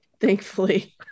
thankfully